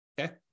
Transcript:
Okay